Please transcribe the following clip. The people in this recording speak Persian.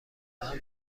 واقعا